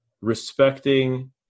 respecting